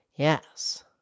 Yes